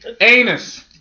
Anus